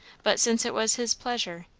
but since it was his pleasure,